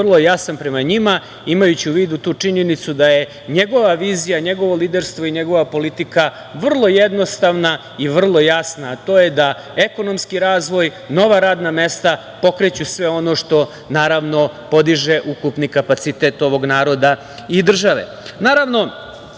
jasan prema njima, imajući u vidu tu činjenicu da je njegova vizija, njegovo liderstvo i njegova politika vrlo jednostavna i vrlo jasna, a to je da ekonomski razvoj, nova radna mesta pokreću sve ono što, naravno, podiže ukupni kapacitet ovog naroda i